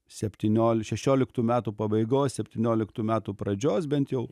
septyniol šešioliktų metų pabaigos septynioliktų metų pradžios bent jau